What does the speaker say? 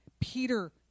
Peter